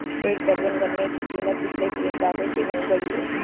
एक दर्जन गन्ने की कीमत पिछले तीन सालों से नही बढ़ी है